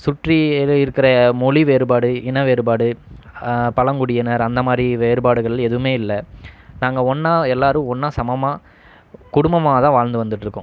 சுற்றி எத இருக்கிற மொழி வேறுபாடு இன வேறுபாடு பழங்குடியினர் அந்த மாதிரி வேறுபாடுகள் எதுவுமே இல்லை நாங்கள் ஒன்றா எல்லாரும் ஒன்றா சமமாக குடும்பமாக தான் வாழ்ந்து வந்துகிட்ருக்கோம்